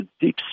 deep